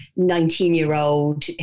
19-year-old